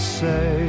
say